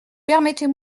permettez